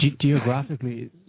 Geographically